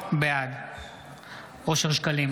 בעד אושר שקלים,